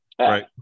Right